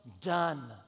done